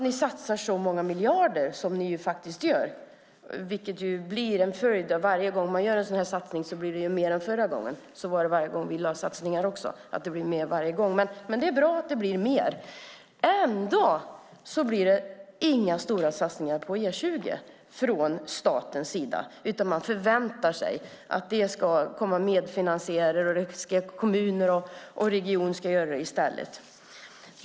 Ni satsar många miljarder, och varje gång man gör en satsning blir det ju mer än förra gången. Så var det också varje gång vi gjorde satsningar. Det blir mer varje gång. Men det är bra att det blir mer. Ändå blir det inga stora satsningar på E20 från statens sida, utan man förväntar sig att det ska komma medfinansiärer och att kommuner och regioner ska göra det i stället.